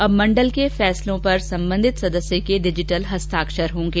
अब मंडल के फैसलों पर संबंधित सदस्य के डिजिटल हस्ताक्षर होंगे